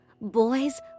boys